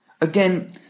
Again